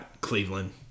Cleveland